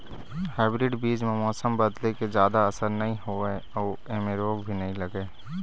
hybrid बीज म मौसम बदले के जादा असर नई होवे अऊ ऐमें रोग भी नई लगे